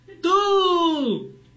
two